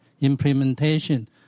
implementation